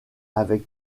avec